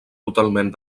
totalment